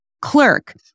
clerk